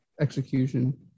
Execution